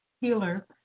healer